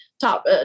top